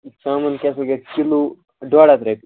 ژامَن کیٛاہ سا گژھِ کِلوٗ ڈۄڑ ہَتھ رۄپیہِ